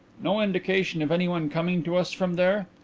no indication of anyone coming to us from there?